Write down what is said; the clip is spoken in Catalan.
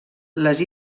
les